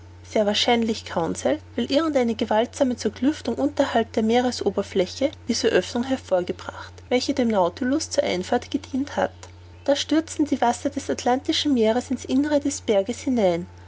ist sehr wahrscheinlich conseil weil irgend eine gewaltsame zerklüftung unterhalb der meeresoberfläche diese oeffnung hervorgebracht welche dem nautilus zur einfahrt gedient hat da stürzten die wasser des atlantischen meeres in's innere des berges hinein